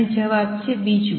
અને જવાબ છે બીજું